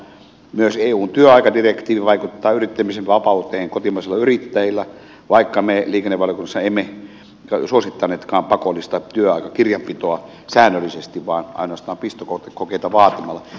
myös eun työaikadirektiivi vaikuttaa yrittämisen vapauteen kotimaisilla yrittäjillä vaikka me liikennevaliokunnassa emme suosittaneetkaan pakollista työaikakirjanpitoa säännöllisesti vaan ainoastaan pistokokeita vaatimalla